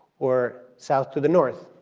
or south to the north,